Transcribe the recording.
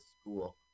school